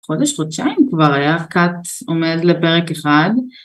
חודש חודשיים כבר היה קאט עומד לפרק אחד